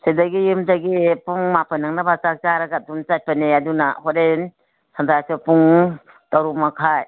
ꯁꯤꯗꯒꯤ ꯌꯨꯝꯗꯒꯤ ꯄꯨꯡ ꯃꯥꯄꯜ ꯅꯪꯅꯕ ꯆꯥꯛ ꯆꯥꯔꯒ ꯑꯗꯨꯝ ꯆꯠꯄꯅꯦ ꯑꯗꯨꯅ ꯍꯣꯔꯦꯟ ꯁꯟꯗꯥꯁꯨ ꯄꯨꯡ ꯇꯔꯨꯛ ꯃꯈꯥꯏ